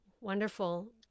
Wonderful